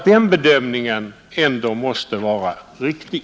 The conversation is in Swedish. Den bedömningen måste väl ändå vara riktig!